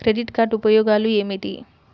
Credit card ఉపయోగాలు ఏమిటి?